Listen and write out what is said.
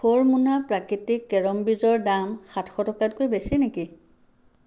four মোনা প্ৰাকৃতিক কেৰম বীজৰ দাম সাতশ টকাতকৈ বেছি নেকি